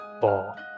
ball